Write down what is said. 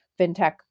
fintech